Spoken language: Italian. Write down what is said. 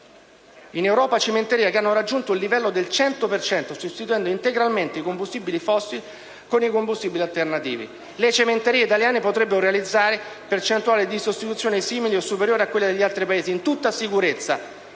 in Europa cementerie che hanno raggiunto un livello pari al 100 per cento, sostituendo integralmente i combustibili fossili con i combustibili alternativi. Le cementerie italiane potrebbero realizzare percentuali di sostituzione simili o superiori a quelle degli altri Paesi, in tutta sicurezza.